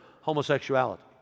homosexuality